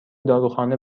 داروخانه